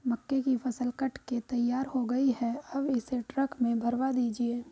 मक्के की फसल कट के तैयार हो गई है अब इसे ट्रक में भरवा दीजिए